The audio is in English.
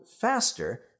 faster